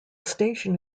station